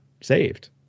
saved